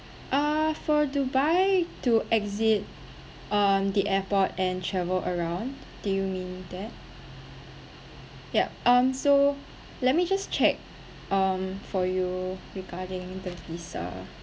ah for dubai to exit um the airport and travel around do you mean that yup um so let me just check um for you regarding the visa